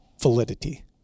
validity